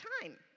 time